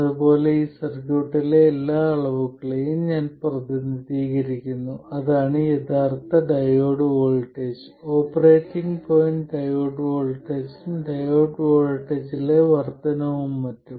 അതുപോലെ ഈ സർക്യൂട്ടിലെ എല്ലാ അളവുകളെയും ഞാൻ പ്രതിനിധീകരിക്കുന്നു അതാണ് യഥാർത്ഥ diode voltage operating point diode വോൾട്ടേജും ഡയോഡ് വോൾട്ടേജിലെ വർദ്ധനവും മറ്റും